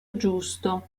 giusto